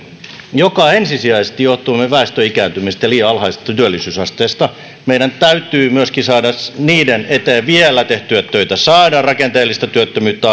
joka ensisijaisesti johtuu väestön ikääntymisestä ja liian alhaisesta työllisyysasteesta meidän täytyy myöskin saada niiden eteen vielä tehtyä töitä saada rakenteellista työttömyyttä